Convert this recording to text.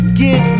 get